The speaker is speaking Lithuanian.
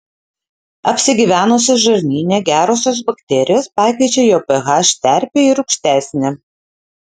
apsigyvenusios žarnyne gerosios bakterijos pakeičia jo ph terpę į rūgštesnę